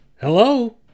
Hello